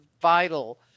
vital